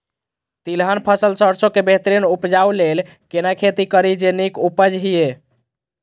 तिलहन फसल सरसों के बेहतरीन उपजाऊ लेल केना खेती करी जे नीक उपज हिय?